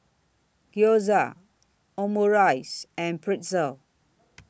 Gyoza Omurice and Pretzel